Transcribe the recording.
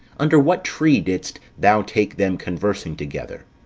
under what tree didst thou take them conversing together.